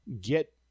get